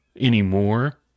anymore